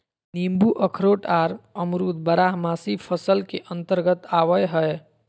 नींबू अखरोट आर अमरूद बारहमासी फसल के अंतर्गत आवय हय